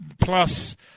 Plus